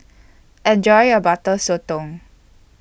Enjoy your Butter Sotong